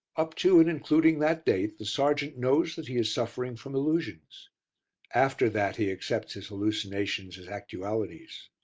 up to and including that date the sergeant knows that he is suffering from illusions after that he accepts his hallucinations as actualities.